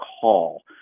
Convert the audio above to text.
call